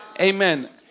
Amen